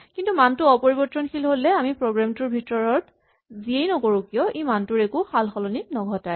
কিন্তু মানটো অপৰিবৰ্তনশীল হ'লে আমি প্ৰগ্ৰেম টোৰ ভিতৰত যিয়েই নকৰো কিয় ই মানটোৰ একো সলনি নঘটায়